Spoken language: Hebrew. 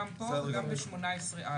גם פה וגם ב-18(א),